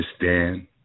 understand